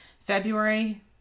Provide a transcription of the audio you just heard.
February